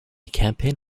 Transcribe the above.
campaign